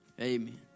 Amen